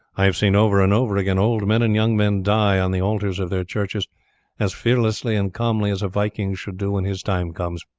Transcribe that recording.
i have seen over and over again old men and young men die on the altars of their churches as fearlessly and calmly as a viking should do when his time comes.